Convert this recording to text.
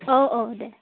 औ औ देह